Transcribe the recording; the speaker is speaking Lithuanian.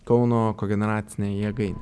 kauno kogeneracinė jėgainė